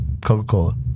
Coca-Cola